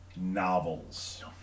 novels